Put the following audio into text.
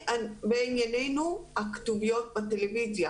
לענייננו הכתוביות בטלוויזיה,